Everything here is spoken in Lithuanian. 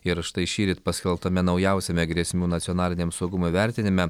ir štai šįryt paskelbtame naujausiame grėsmių nacionaliniam saugumui vertinime